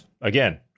Again